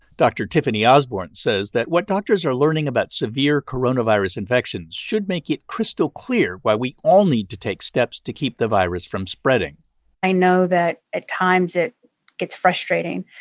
dr. tiffany osborn says that what doctors are learning about severe coronavirus infections should make it crystal clear why we all need to take steps to keep the virus from spreading i know that at times it gets frustrating,